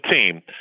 team